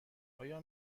آیا